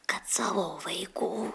kad savo vaikų